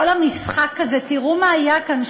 כל המשחק הזה, תראו מה היה כאן.